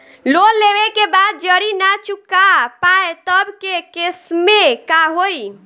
Loan लेवे के बाद जड़ी ना चुका पाएं तब के केसमे का होई?